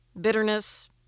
bitterness